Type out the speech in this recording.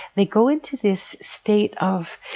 they go into this state of,